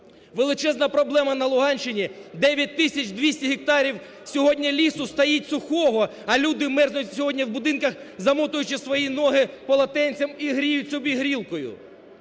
Величезна проблема на Луганщині, 9 тисяч 200 гектарів сьогодні лісу стоїть сухого, а люди мерзнуть сьогодні в будинках, замотуючи свої ноги полотенцем і гріють собі грілкою.